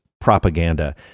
propaganda